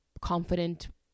confident